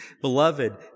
Beloved